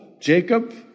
Jacob